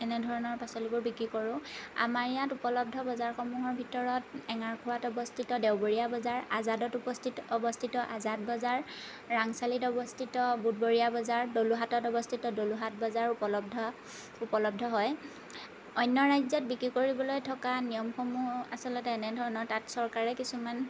এনেধৰণৰ পাচলিবোৰ বিক্ৰী কৰোঁ আমাৰ ইয়াত উপলব্ধ বজাৰসমূহৰ ভিতৰত এঙাৰখোৱাত অৱস্থিত দেওবৰীয়া বজাৰ আজাদত উপস্থিত অৱস্থিত আজাদ বজাৰ ৰাংচালিত অৱস্থিত বুধবৰীয়া বজাৰ দলুহাটত অৱস্থিত দলুহাট বজাৰ উপলব্ধ উপলব্ধ হয় অন্য ৰাজ্যত বিক্ৰী কৰিবলৈ থকা নিয়মসমূহ আচলতে এনেধৰণৰ তাত চৰকাৰে কিছুমান